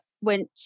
went